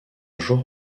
jour